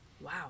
wow